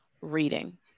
reading